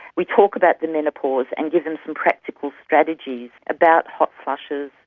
we talk about the menopause and give them some practical strategies about hot flushes,